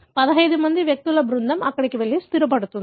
15 మంది వ్యక్తుల బృందం అక్కడకు వెళ్లి స్థిరపడుతుంది